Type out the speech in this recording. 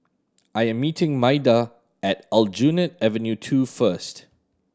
I am meeting Maida at Aljunied Avenue Two first